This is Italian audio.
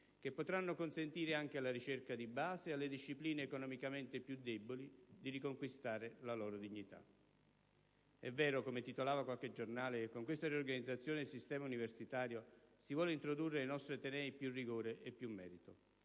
che potranno consentire anche alla ricerca di base e alle discipline economicamente più deboli di riconquistare la loro dignità. È vero, come titolava qualche giornale, che con questa riorganizzazione del sistema universitario si vuole introdurre nei nostri atenei più rigore e più merito.